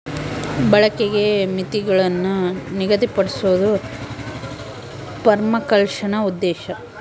ಬಳಕೆಗೆ ಮಿತಿಗುಳ್ನ ನಿಗದಿಪಡ್ಸೋದು ಪರ್ಮಾಕಲ್ಚರ್ನ ಉದ್ದೇಶ